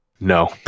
No